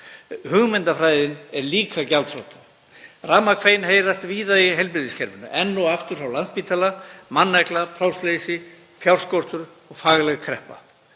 Hugmyndafræðin er líka gjaldþrota. Ramakvein heyrast víða í heilbrigðiskerfinu, enn og aftur frá Landspítala; mannekla, plássleysi, fjárskortur og fagleg kreppa.